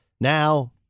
Now